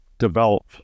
develop